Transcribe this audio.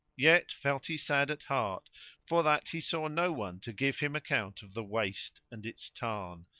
yet felt he sad at heart for that he saw no one to give him account of the waste and its tarn,